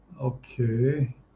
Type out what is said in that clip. Okay